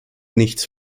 nichts